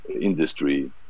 industry